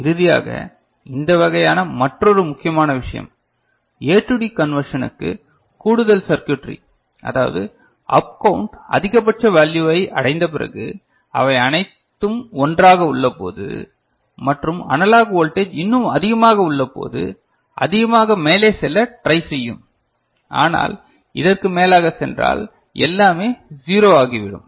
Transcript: இறுதியாக இந்த வகையான மற்றொரு முக்கியமான விஷயம் A டு D கன்வர்ஷனுக்கு கூடுதல் சர்க்யூட்ரி அதாவது அப் கவுண்ட் அதிகபட்ச வேல்யூவை அடைந்தபிறகு அவை அனைத்தும் ஒன்றாக உள்ளபோது மற்றும் அனலாக் வோல்டேஜ் இன்னும் அதிகமாக உள்ள போது அதிகமாக மேலே செல்ல ட்ரை செய்யும் ஆனால் இதற்கு மேலாக சென்றாள் எல்லாமே ஜீரோ ஆகி விடும்